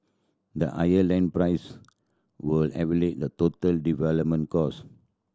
the higher land price would elevate the total development cost